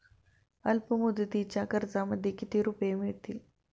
अल्पमुदतीच्या कर्जामध्ये किती रुपये मिळतील?